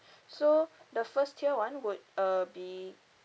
so the first tier one would uh be